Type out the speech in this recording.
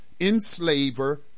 enslaver